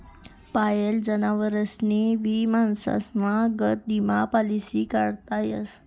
पायेल जनावरेस्नी भी माणसेस्ना गत ईमा पालिसी काढता येस